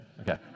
Okay